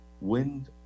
wind